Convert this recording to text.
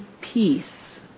peace